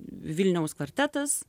vilniaus kvartetas